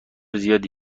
زیادی